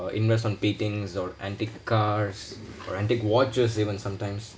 invest on paintings or antique cars for antique watches even sometimes